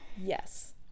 Yes